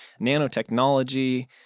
nanotechnology